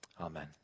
Amen